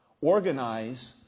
organize